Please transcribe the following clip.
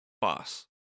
boss